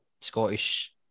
scottish